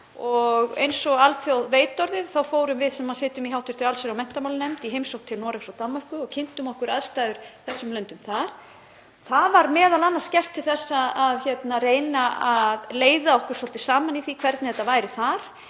Og eins og alþjóð veit orðið þá fórum við sem sitjum í hv. allsherjar- og menntamálanefnd í heimsókn til Noregs og Danmerkur og kynntum okkur aðstæður í þessum löndum. Það var m.a. gert til þess að reyna að leiða okkur svolítið saman í því hvernig þetta er þar,